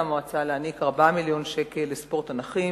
המועצה להעניק 4 מיליוני שקלים לספורט הנכים,